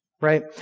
right